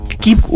keep